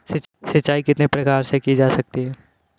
सिंचाई कितने प्रकार से की जा सकती है?